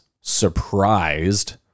surprised